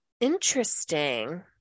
Interesting